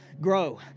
grow